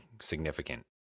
significant